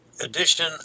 edition